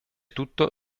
tutto